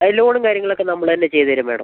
അത് ലോണും കാര്യങ്ങളൊക്കെ നമ്മൾ തന്നെ ചെയ്തുതരാം മാഡം